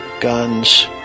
Guns